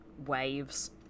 waves